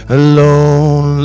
alone